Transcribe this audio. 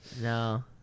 No